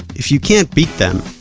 if you can't beat them